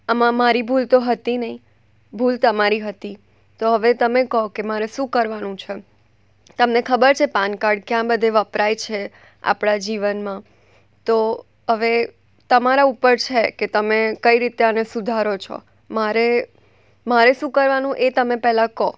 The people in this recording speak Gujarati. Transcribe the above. આમાં મારી ભૂલ તો હતી નહીં ભૂલ તમારી હતી તો હવે તમે કહો કે મારે શું કરવાનું છે તમને ખબર છે પાન કાર્ડ ક્યાં બધે વપરાય છે આપણા જીવનમાં તો હવે તમારા ઉપર છે કે તમે કઈ રીતે આને સુધારો છો મારે મારે શું કરવાનું એ તમે પહેલા કહો